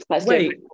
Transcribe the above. Wait